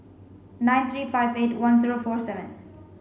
nine three five eight one zero four seven